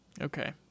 Okay